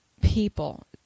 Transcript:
people